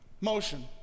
Motion